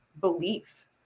belief